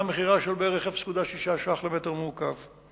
ומכירה של בערך 0.6 ש"ח למטר מעוקב.